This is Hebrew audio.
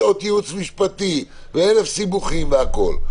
שעות ייעוץ משפטי ואלף סיבוכים והכול.